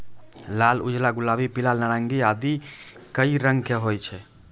लाल, उजला, गुलाबी, पीला, नारंगी आदि कई रंग के होय छै